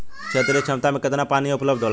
क्षेत्र क्षमता में केतना पानी उपलब्ध होला?